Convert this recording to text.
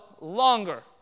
longer